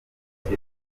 yose